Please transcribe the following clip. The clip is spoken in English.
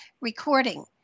recording